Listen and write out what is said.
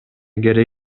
керек